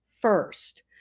first